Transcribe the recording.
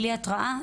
בלי התראה,